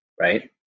right